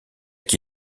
qui